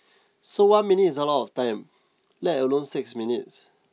so one minute is a lot of time let alone six minutes